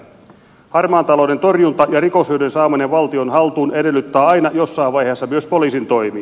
harmaan talouden torjunta ja rikoshyödyn saaminen valtion haltuun edellyttää aina jossain vaiheessa myös poliisin toimia